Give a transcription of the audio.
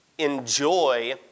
enjoy